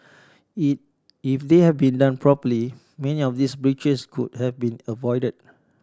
if they had been done properly many of these breaches could have been avoided